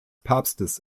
papstes